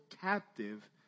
captive